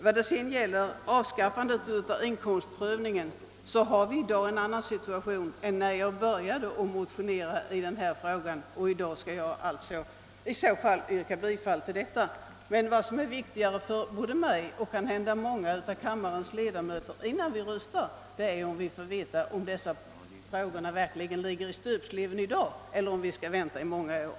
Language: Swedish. När det gäller avskaffandet av inkomstprövningen är situationen nu en annan än när jag började motionera i denna fråga. Det viktiga för mig och kanske för många av kammarens ledamöter är att innan vi röstar få veta om dessa frågor verkligen ligger i stöpsleven i dag eller om vi måste vänta i många år.